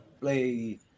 play